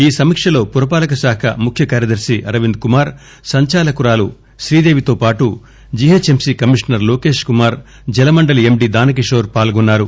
ఈ సమీక్షలో పురపాలక శాఖ ముఖ్యకార్యదర్ని అరవింద్ కుమార్ సంచాలకురాలు శ్రీదేవితో పాటు జీహెచ్ఎంసీ కమిషనర్ లోకేశ్ కుమార్ జలమండలి ఎండీ దానకిషోర్ పాల్గొన్నారు